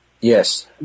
Yes